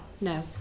no